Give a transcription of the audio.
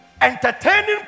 entertaining